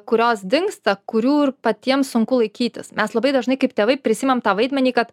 kurios dingsta kurių ir patiems sunku laikytis mes labai dažnai kaip tėvai prisiimam tą vaidmenį kad